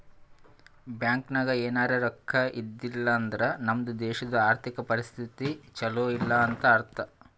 bank ನಾಗ್ ಎನಾರೇ ರೊಕ್ಕಾ ಇದ್ದಿದ್ದಿಲ್ಲ ಅಂದುರ್ ನಮ್ದು ದೇಶದು ಆರ್ಥಿಕ್ ಪರಿಸ್ಥಿತಿ ಛಲೋ ಇಲ್ಲ ಅಂತ ಅರ್ಥ